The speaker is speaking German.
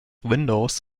windows